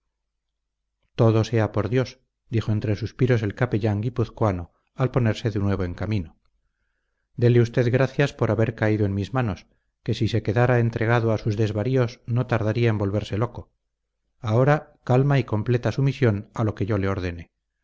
todo sea por dios dijo entre suspiros el capellán guipuzcoano al ponerse de nuevo en camino dele usted gracias por haber caído en mis manos que si se quedara entregado a sus desvaríos no tardaría en volverse loco ahora calma y completa sumisión a lo que yo le ordene